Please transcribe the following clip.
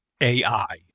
AI